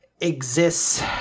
exists